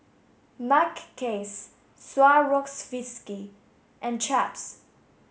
Mackays Swarovski and Chaps